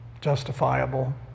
justifiable